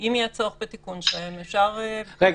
אם יהיה צורך בתיקון שלהן אפשר --- רגע,